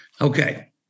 Okay